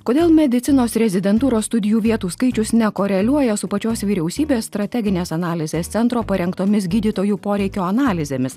kodėl medicinos rezidentūros studijų vietų skaičius nekoreliuoja su pačios vyriausybės strateginės analizės centro parengtomis gydytojų poreikio analizėmis